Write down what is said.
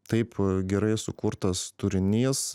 taip gerai sukurtas turinys